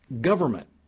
government